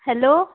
hello